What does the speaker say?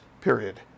period